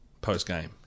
post-game